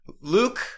Luke